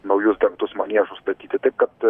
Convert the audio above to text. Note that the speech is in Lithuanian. naujus dengtus maniežus statyti taip kad